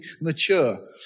mature